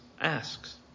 asks